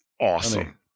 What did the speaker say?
awesome